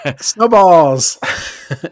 Snowballs